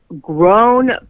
grown